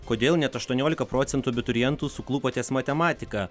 kodėl net aštuoniolika procentų abiturientų suklupo ties matematika